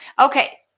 Okay